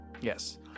Yes